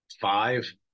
five